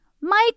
Mike